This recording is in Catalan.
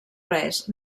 res